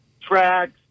tracks